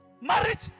Marriage